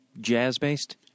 jazz-based